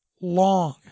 long